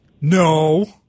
No